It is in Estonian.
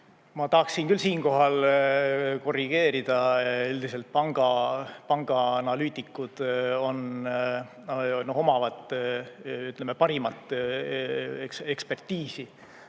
Ma tahaksin küll siinkohal korrigeerida. Üldiselt panga analüütikud omavad parimat ekspertiisi